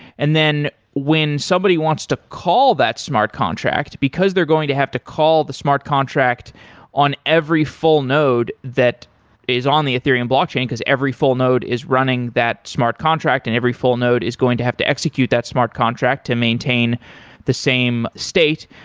and then when somebody wants to call that smart contract, because they're going to have to call the smart contract on every full node that is on the ethereum blockchain, because every full node is running that smart contract and every full node is going to have to execute that smart contract to maintain the same state,